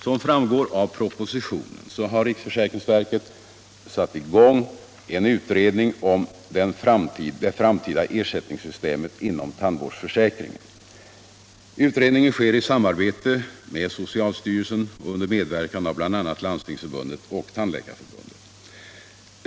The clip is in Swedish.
Som framgår av propositionen har riksförsäkringsverket satt i gång en utredning om det framtida ersättningssystemet inom tandvårdsförsäkringen. Utredningen sker i samarbete med socialstyrelsen och under medverkan av bl.a. Landstingsförbundet och Tandläkarförbundet.